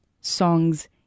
songs